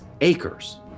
Acres